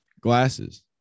glasses